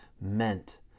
meant